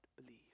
believe